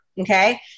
okay